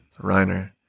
reiner